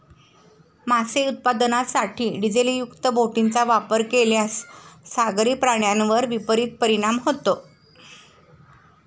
मासे उत्पादनासाठी डिझेलयुक्त बोटींचा वापर केल्यास सागरी प्राण्यांवर विपरीत परिणाम होतो